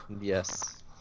Yes